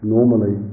Normally